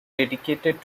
dedicated